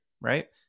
right